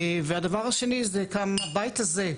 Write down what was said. והדבר השני זה גם הבית הזה.